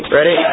Ready